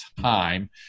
time